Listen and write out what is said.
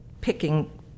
picking